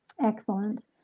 Excellent